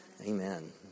Amen